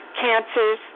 cancers